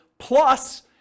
plus